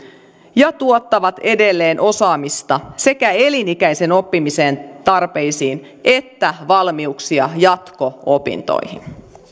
ja tuottavat edelleen osaamista sekä elinikäisen oppimisen tarpeisiin että jatko opintoihin